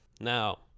Now